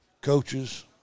coaches –